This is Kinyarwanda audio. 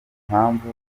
impamvu